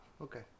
Okay